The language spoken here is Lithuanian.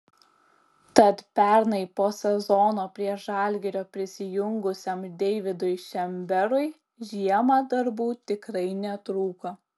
tad pernai po sezono prie žalgirio prisijungusiam deividui šemberui žiemą darbų tikrai netrūko